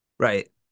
Right